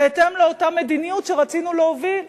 בהתאם לאותה מדיניות שרצינו להוביל.